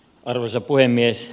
arvoisa puhemies